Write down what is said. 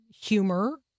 humor